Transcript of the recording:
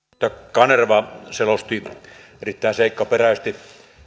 kanerva selosti erittäin seikkaperäisesti